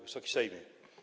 Wysoki Sejmie!